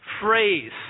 phrase